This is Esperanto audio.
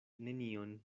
nenion